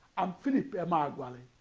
i'm philip emeagwali.